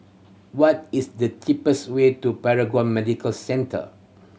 what is the cheapest way to Paragon Medical Centre